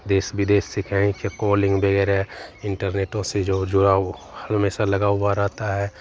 देश विदेश से कहें कि कॉलिन्ग वग़ैरह इन्टरनेटों से जो जुड़ाव हमेशा लगा हुआ रहता है